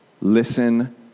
listen